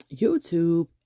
YouTube